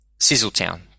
Sizzletown